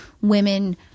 women